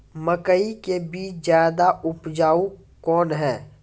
मकई के बीज ज्यादा उपजाऊ कौन है?